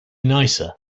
nicer